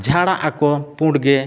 ᱡᱷᱟᱲᱟᱜ ᱟᱠᱚ ᱯᱩᱸᱰᱜᱮ